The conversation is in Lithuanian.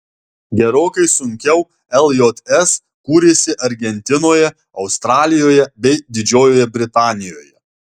gerokai sunkiau ljs kūrėsi argentinoje australijoje bei didžiojoje britanijoje